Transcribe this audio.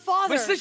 Father